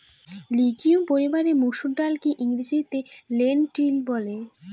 legume পরিবারের মসুর ডালকে ইংরেজিতে লেন্টিল বলে